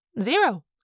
Zero